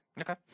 Okay